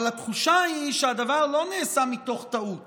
אבל התחושה היא שהדבר לא נעשה מתוך טעות